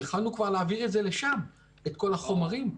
יכולנו כבר להעביר לשם את כל החומרים.